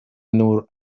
نور